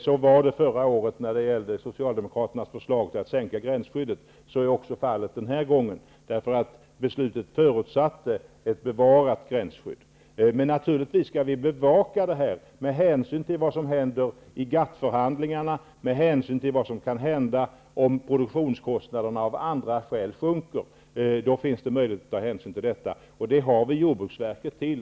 Så var det förra året beträffande Socialdemokraternas förslag att sänka gränsskyddet. Så är också fallet denna gång. Beslutet förutsatte nämligen ett bevarat gränsskydd. Men naturligtvis skall vi bevaka detta med hänsyn till vad som händer i GATT förhandlingarna och med hänsyn till vad som kan hända om produktionskostnaderna av andra skäl sjunker. Då finns det möjlighet att ta hänsyn till detta. Detta har vi jordbruksverket till.